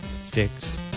sticks